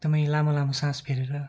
एकदमै लामो लामो सास फेरेर